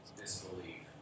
disbelief